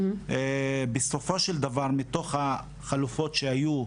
בסופו של דבר, מתוך החלופות שהיו,